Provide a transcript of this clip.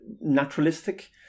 naturalistic